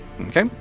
Okay